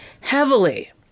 heavily